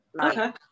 okay